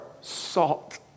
salt